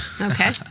Okay